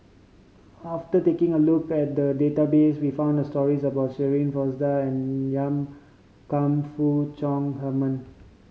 after taking a look at the database we found stories about Shirin Fozdar and Yan Kam Fook Chong Heman